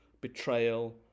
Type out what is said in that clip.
betrayal